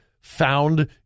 found